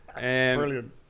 Brilliant